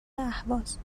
اهواز